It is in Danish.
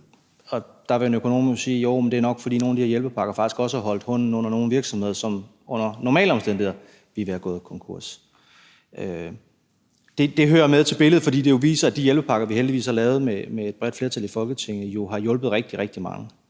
Der vil en økonom jo sige: Jo, men det er nok, fordi nogle af de her hjælpepakker faktisk også har holdt hånden under nogle virksomheder, som under normale omstændigheder ville være gået konkurs. Det hører med til billedet, fordi det viser, at de hjælpepakker, vi heldigvis har lavet med et bredt flertal i Folketinget, jo har hjulpet rigtig, rigtig mange.